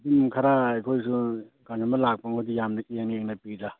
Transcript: ꯎꯝ ꯈꯔ ꯑꯩꯈꯣꯏꯁꯨ ꯂꯥꯛꯄꯕꯨꯗꯤ ꯌꯥꯝꯅ ꯍꯦꯟꯅ ꯌꯦꯡꯅ ꯄꯤꯗ